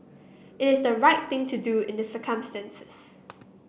it is the right thing to do in the circumstances